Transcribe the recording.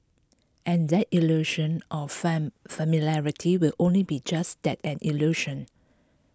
and that illusion of familiarity will only be just that an illusion